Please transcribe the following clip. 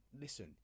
Listen